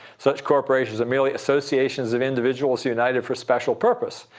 such corporations are merely associations of individuals united for a special purpose.